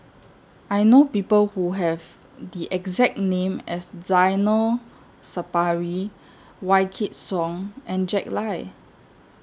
I know People Who Have The exact name as Zainal Sapari Wykidd Song and Jack Lai